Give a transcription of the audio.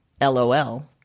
LOL